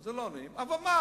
זה לא נעים, אבל מה,